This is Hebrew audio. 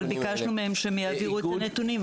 אבל ביקשנו מהם שהם יעבירו את הנתונים,